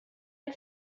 ein